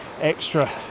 extra